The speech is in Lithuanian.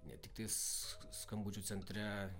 ne tiktais skambučių centre